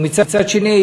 ומצד שני,